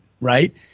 right